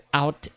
out